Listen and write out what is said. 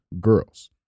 girls